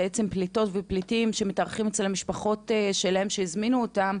בעצם פליטות ופליטים המתארחים אצל המשפחות שלהם שהזמינו אותם?